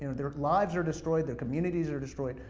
their lives are destroyed, their communities are destroyed,